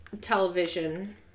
television